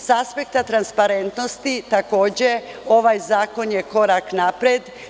Sa aspekta transparentnosti, takođe, ovaj zakon je korak napred.